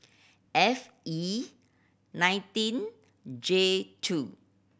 F E nineteen J two